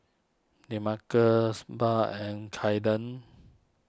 Demarcus Barb and Kaiden